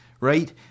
right